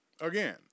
again